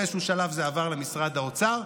באיזשהו שלב זה עבר למשרד האוצר.